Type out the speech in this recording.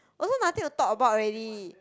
also nothing to talk about already